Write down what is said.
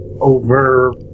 over